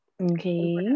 Okay